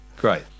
Great